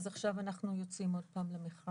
אז עכשיו אנחנו יוצאים עוד פעם למכרז.